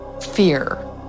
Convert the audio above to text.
fear